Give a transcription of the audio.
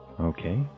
Okay